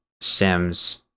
Sims